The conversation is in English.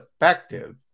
effective